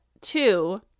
two